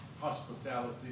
hospitality